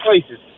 places